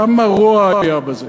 כמה רוע היה בזה,